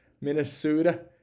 Minnesota